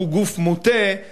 שהוא גוף מוטה,